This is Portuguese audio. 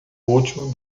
útil